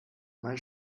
mein